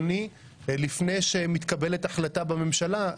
לפני שמתקבלת החלטה בממשלה,